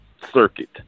circuit